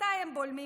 מתי הם בולמים?